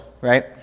right